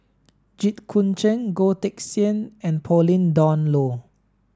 Jit Koon Ch'ng Goh Teck Sian and Pauline Dawn Loh